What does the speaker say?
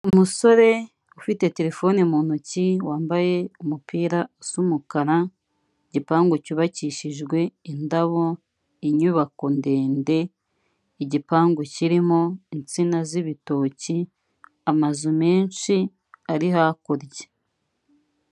Umusore ufite terefone mu ntoki wambaye umupira usa n'umukara igipangu cyubakishijwe indabo inyubako ndende igipangu kirimo insina z'ibitoki amazu menshi ari hakurya.